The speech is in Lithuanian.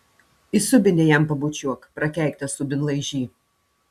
į subinę jam pabučiuok prakeiktas subinlaižy